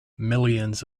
millions